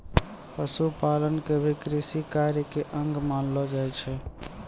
पशुपालन क भी कृषि कार्य के अंग मानलो जाय छै